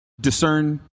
discern